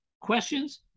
questions